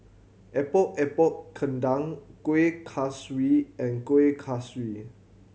Epok Epok Kentang Kuih Kaswi and Kueh Kaswi